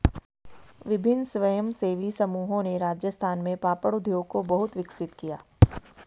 विभिन्न स्वयंसेवी समूहों ने राजस्थान में पापड़ उद्योग को बहुत विकसित किया